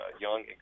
young